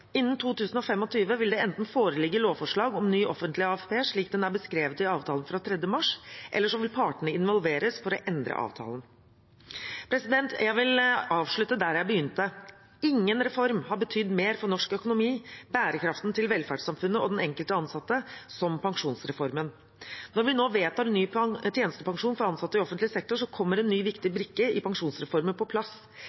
Innen 2025 vil det enten foreligge lovforslag om ny offentlig AFP, slik den er beskrevet i avtalen fra 3. mars, eller så vil partene involveres for å endre avtalen. Jeg vil avslutte der jeg begynte. Ingen reform har betydd mer for norsk økonomi, bærekraften til velferdssamfunnet og den enkelte ansatte enn pensjonsreformen. Når vi nå vedtar en ny tjenestepensjon for ansatte i offentlig sektor, kommer det en ny, viktig